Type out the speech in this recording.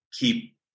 keep